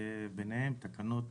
ביניהן תקנות